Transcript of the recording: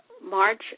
March